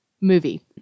movie